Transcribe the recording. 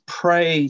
pray